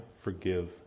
forgive